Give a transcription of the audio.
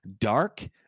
dark